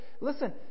listen